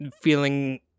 feeling